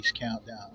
countdown